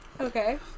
Okay